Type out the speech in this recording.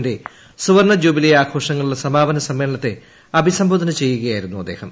ന്റെ സൂവർണ ജൂബിലി ആഘോ ഷങ്ങളുടെ സമാപനസമ്മേളനത്തെ അഭിസംബോധന ചെയ്യുകയായി രുന്നു അദ്ദേഹം